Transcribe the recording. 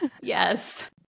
Yes